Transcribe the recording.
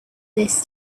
this